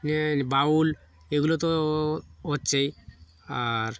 বাউল এগুলো তো হচ্ছেই আর